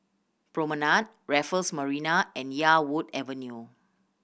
Promenade Raffles Marina and Yarwood Avenue